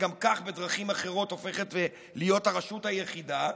שגם כך בדרכים אחרות הופכת להיות הרשות היחידה,